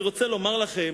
אני רוצה לומר לכם